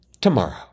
tomorrow